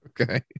okay